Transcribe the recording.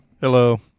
Hello